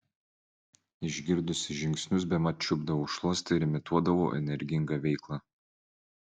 išgirdusi žingsnius bemat čiupdavau šluostę ir imituodavau energingą veiklą